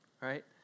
right